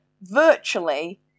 virtually